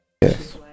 Yes